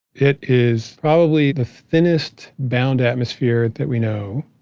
it is probably the thinnest bound atmosphere that we know.